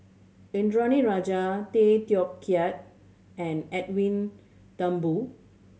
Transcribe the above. Indranee Rajah Tay Teow Kiat and Edwin Thumboo